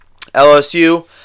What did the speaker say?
LSU